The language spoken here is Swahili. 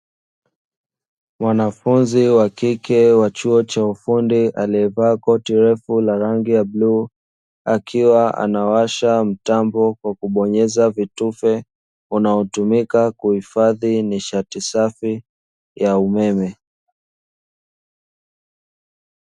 Mwanafunzi wa kike wa chuo cha ufundi, aliyevaa koti refu la rangi ya bluu, akiwa anawasha mtambo kwa kubonyeza vitufe, unaotumika kuhifadhi nishati safi ya umeme.